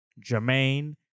Jermaine